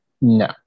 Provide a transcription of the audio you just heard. No